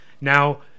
now